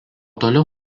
toliau